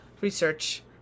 research